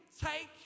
Take